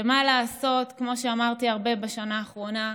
שמה לעשות, כמו שאמרתי הרבה בשנה האחרונה,